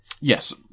Yes